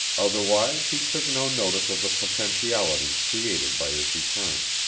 otherwise, he took no notice of the potentialities created by his return.